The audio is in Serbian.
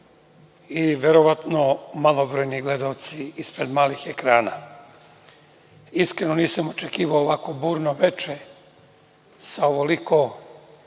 i verovatno malobrojni gledaoci ispred malih ekrana, iskreno nisam očekivao ovako burno veče, sa ovoliko